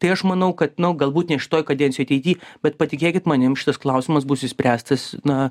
tai aš manau kad galbūt ne šitoj kadencijoj ateity bet patikėkit manim šitas klausimas bus išspręstas na